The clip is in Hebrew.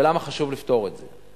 ולמה חשוב לפתור את זה.